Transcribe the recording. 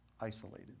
isolated